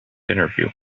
interview